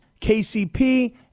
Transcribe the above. KCP